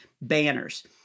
banners